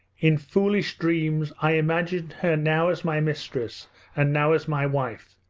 in foolish dreams i imagined her now as my mistress and now as my wife,